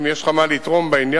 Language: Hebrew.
ואם יש לך מה לתרום בעניין,